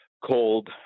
called